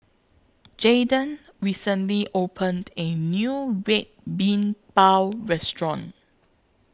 Jayden recently opened A New Red Bean Bao Restaurant